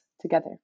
together